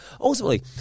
Ultimately